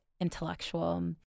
Intellectual